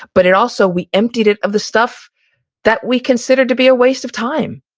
but it also, we emptied it of the stuff that we considered to be a waste of time.